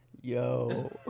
yo